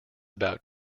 about